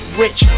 rich